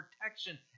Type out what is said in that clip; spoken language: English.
protection